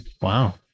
wow